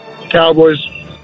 Cowboys